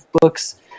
books